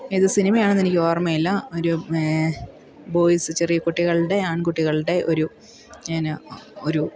ഏത് സിനിമയാണെന്ന് എനിക്ക് ഓർമ്മയില്ല അതിൻ്റെ ബോയ്സ് ചെറിയ കുട്ടികളുടെ ആൺകുട്ടികളുടെ ഒരു ഏതാണ് ഒരു